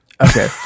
okay